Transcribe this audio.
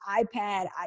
iPad